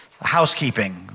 housekeeping